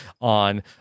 on